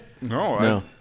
No